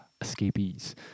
escapees